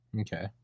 okay